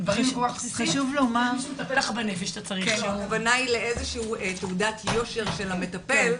הכוונה לאיזו שהיא תעודת יושר של המטפל.